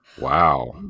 Wow